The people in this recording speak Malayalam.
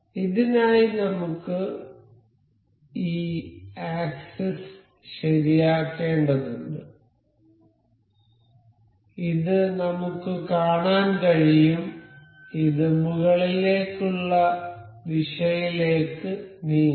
ഇതിനായി നമുക്ക് ഈ ആക്സിസ് ശരിയാക്കേണ്ടതുണ്ട് ഇത് നമുക്ക് കാണാൻ കഴിയും ഇത് മുകളിലേക്കുള്ള ദിശയിലേക്ക് നീങ്ങാം